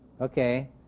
okay